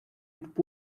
with